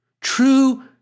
True